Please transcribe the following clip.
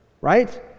right